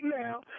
now